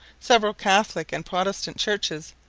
several catholic and protestant churches,